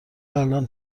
الان